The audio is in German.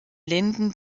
linden